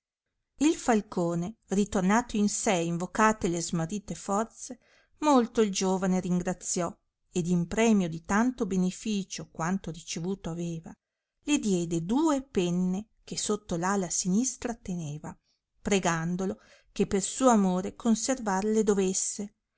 il falcone ritornato in sé e invocate la smarrite forze molto il giovane ringraziò ed in premio di tanto benefìcio quanto ricevuto aveva le diede due penne che sotto l ala sinistra teneva pregandolo che per suo amore conservar le dovesse